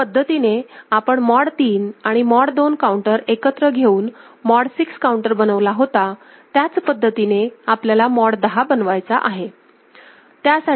ज्या पद्धतीने आपण मॉड 3 आणि मॉड 2 काऊंटर एकत्र घेऊन मॉड 6 काऊंटर बनवला होता त्याच पद्धतीने आपल्याला मॉड 10 बनवायचा आहे